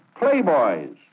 playboys